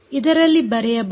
ಇದರಲ್ಲಿ ಬರೆಯಬಹುದು